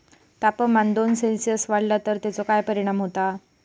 तापमान दोन सेल्सिअस वाढला तर तेचो काय परिणाम होता?